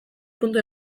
puntu